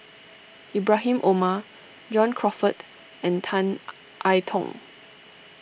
Ibrahim Omar John Crawfurd and Tan I Tong